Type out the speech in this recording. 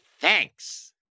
thanks